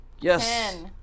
yes